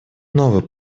новый